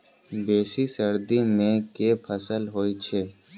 बेसी सर्दी मे केँ फसल होइ छै?